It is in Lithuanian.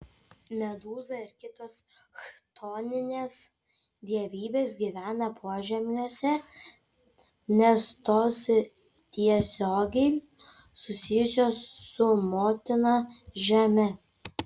medūza ir kitos chtoninės dievybės gyvena požemiuose nes jos tiesiogiai susijusios su motina žeme